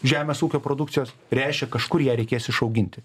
žemės ūkio produkcijos reiškia kažkur ją reikės išauginti